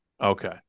Okay